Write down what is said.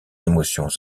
émotions